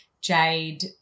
Jade